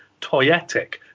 toyetic